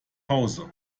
hause